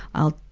i'll,